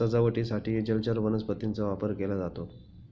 सजावटीसाठीही जलचर वनस्पतींचा वापर केला जातो